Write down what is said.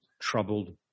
troubled